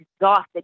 exhausted